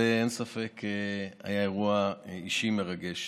אין ספק שזה היה אירוע אישי מרגש.